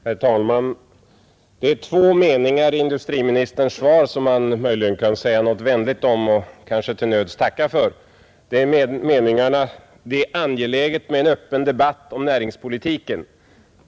Herr talman! Det är två meningar i industriministerns svar som man möjligen kan säga något vänligt om och kanske till nöds tacka för. Det är meningarna: ”Det är angeläget med en öppen debatt om näringspolitiken.